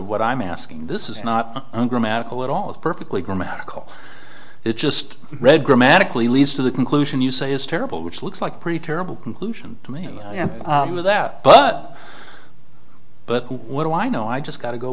what i'm asking this is not ungrammatical at all is perfectly grammatical it just read grammatically leads to the conclusion you say is terrible which looks like pretty terrible conclusion to me without but but what do i know i just got to go